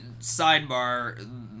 sidebar